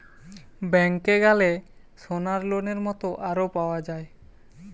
ব্যাংকে গ্যালে সোনার লোনের মত আরো পাওয়া যায়